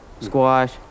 squash